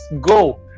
go